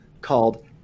called